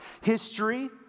history